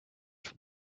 from